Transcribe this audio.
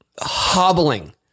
hobbling